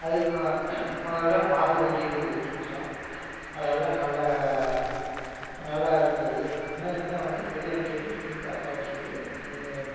அதுக்கு வ முதல்ல மாதுளஞ்செடி வச்சிருந்தோம் அதெலாம் நல்லா நல்லா இருந்துது இன்னும் இன்னும் வந்து கொய்யா செடி சீதா பழ செடி